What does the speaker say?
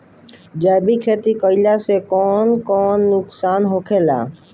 जैविक खेती करला से कौन कौन नुकसान होखेला?